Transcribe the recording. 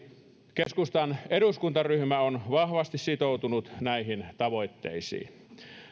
keskustan eduskuntaryhmä on vahvasti sitoutunut näihin tavoitteisiin